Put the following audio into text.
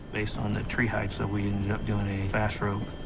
based on the tree heights, that we ended up doing a fast-rope.